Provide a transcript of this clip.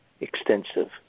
extensive